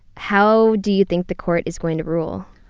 how do you think the court is going to rule?